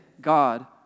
God